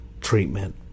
treatment